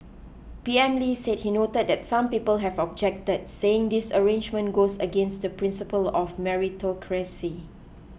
P M Lee said he noted that some people have objected saying this arrangement goes against the principle of meritocracy